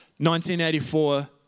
1984